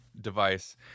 device